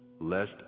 lest